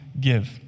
give